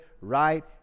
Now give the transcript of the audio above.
right